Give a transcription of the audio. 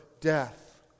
death